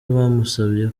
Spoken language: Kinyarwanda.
bamusabye